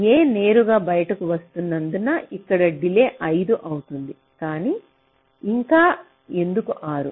a నేరుగా బయటకు వస్తున్నందున ఇక్కడ డిలే 5 అవుతుంది కానీ ఇంకా ఎందుకు 6